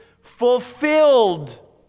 fulfilled